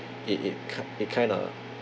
it it ki~ it kind of